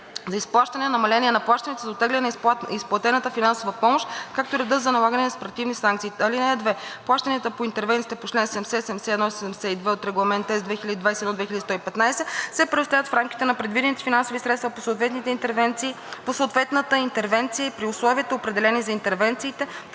за изплащане и намаления на плащанията, за оттегляне на изплатената финансова помощ, както и реда за налагане на административни санкции. (2) Плащанията по интервенциите по чл. 70, 71 и 72 от Регламент (ЕС) 2021/2115 се предоставят в рамките на предвидените финансови средства по съответната интервенция и при условията, определени за интервенциите